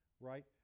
right